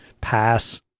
Pass